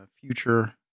future